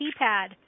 keypad